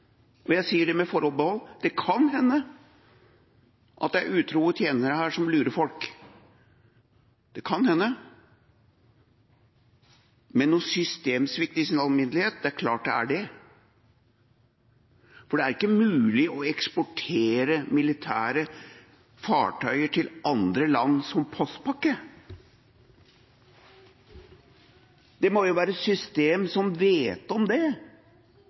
og jeg sier det med forbehold, det kan hende – at det er utro tjenere her som lurer folk. Det kan hende. Men en systemsvikt i sin alminnelighet? Det er klart det er det, for det er ikke mulig å eksportere militære fartøyer til andre land som postpakke. Det må jo være et system som vet om det,